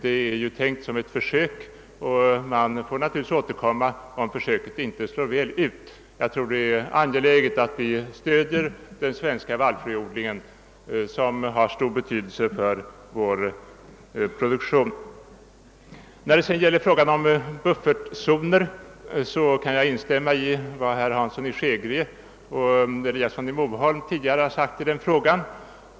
Det är tänkt som ett försök och man får naturligtvis ta upp problemet på nytt om försöket inte slår väl ut. Jag tror det är angeläget att vi stöder den svenska vallfröodlingen, som har stor betydelse för vår produktion. Vad sedan gäller frågan om buffertzoner kan jag instämma i vad herrar Hansson i Skegrie och Eliasson i Moholm sagt.